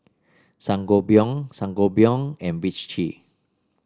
Sangobion Sangobion and Vichy